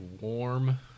warm